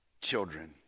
children